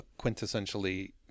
quintessentially